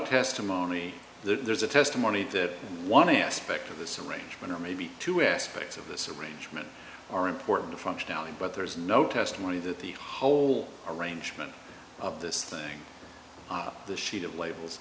testimony there's a testimony that one aspect of this arrangement or maybe two aspects of this arrangement are important functionality but there is no testimony that the whole arrangement of this thing on the sheet of labels